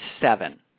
seven